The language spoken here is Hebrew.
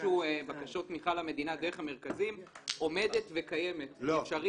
יגישו בקשות תמיכה למדינה דרך המרכזים עומדת וקיימת ואפשרית.